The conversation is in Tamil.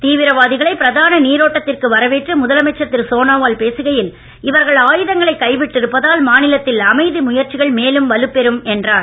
தீவிரவாதிகளை பிரதான நீரோட்டத்திற்கு வரவேற்று முதலமைச்சர் திரு சோனோவால் பேசுகையில் இவர்கள் ஆயுதங்களை கை விட்டு இருப்பதால் மாநிலத்தில் அமைதி முயற்சிகள் மேலும் வலுப்பெறும் என்றார்